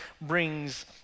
brings